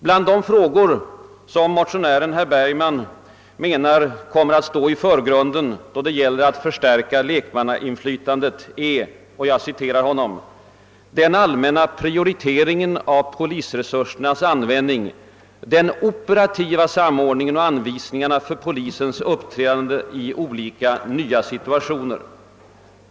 Bland de frågor som enligt motionären herr Bergman kommer att stå i förgrunden då det gäller att förstärka lekmannainflytandet är »den allmänna prioriteringen av polisresursernas användning, den operativa samordningen och anvisningarna för polisens uppträdande i olika nya situationer».